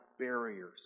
barriers